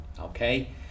okay